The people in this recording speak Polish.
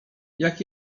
jak